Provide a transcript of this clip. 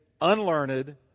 unlearned